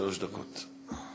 שלוש דקות.